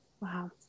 Wow